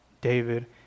David